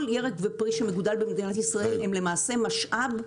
כל ירק ופרי שמגדלים במדינת ישראל הם למעשה משאב לאומי.